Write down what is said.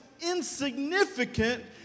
insignificant